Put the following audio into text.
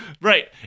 Right